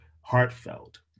heartfelt